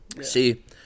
See